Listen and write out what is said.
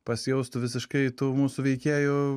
pasijaustų visiškai tų mūsų veikėjų